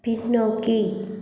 பின்னோக்கி